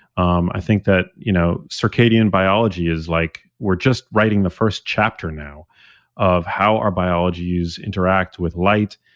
um i think that you know circadian biology is like, we're just writing the first chapter now of how our biologies interact with light,